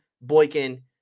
Boykin